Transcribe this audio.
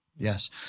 Yes